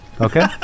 Okay